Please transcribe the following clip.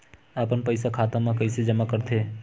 अपन पईसा खाता मा कइसे जमा कर थे?